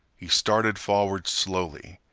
he started forward slowly.